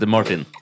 Martin